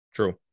True